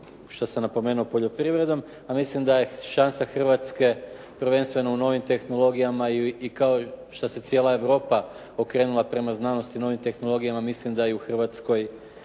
što sam napomenuo poljoprivredom a mislim da je šansa Hrvatske prvenstveno u novim tehnologijama i kao što se cijela Europa okrenula prema znanosti i novim tehnologijama mislim da je u Hrvatskoj